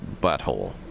butthole